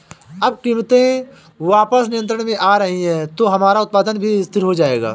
अब कीमतें वापस नियंत्रण में आ रही हैं तो हमारा उत्पादन भी स्थिर हो जाएगा